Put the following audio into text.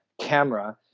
camera